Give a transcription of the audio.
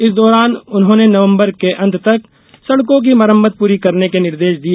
इस दौरान उन्होंने नवंबर के अंत तक सड़कों की मरम्मत पूरी करने के निर्देश दिए